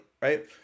right